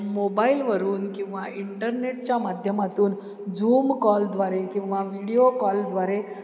मोबाईलवरून किंवा इंटरनेटच्या माध्यमातून झूम कॉलद्वारे किंवा व्हिडिओ कॉलद्वारे